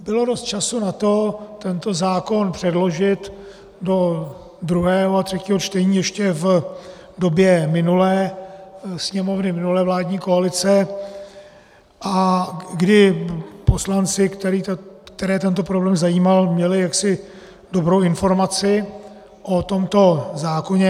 Bylo dost času na to tento zákon předložit do druhého a třetího čtení ještě v době minulé Sněmovny, minulé vládní koalice, kdy poslanci, které tento problém zajímal, měli dobrou informaci o tomto zákoně.